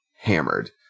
hammered